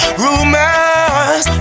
rumors